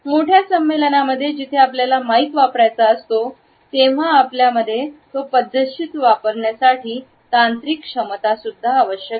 मोठ्या संमेलनामध्ये जिथे आपल्याला माईक वापरायचा असतो तेव्हा आपल्या मध्ये तो पद्धतशीर वापरण्यासाठी तांत्रिक क्षमता आवश्यक आहे